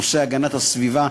נושא הגנת הסביבה,